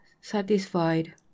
satisfied